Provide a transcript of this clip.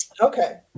Okay